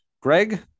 Greg